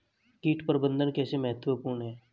कीट प्रबंधन कैसे महत्वपूर्ण है?